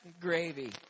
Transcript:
gravy